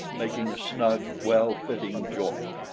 making a snug, well-fitting joint.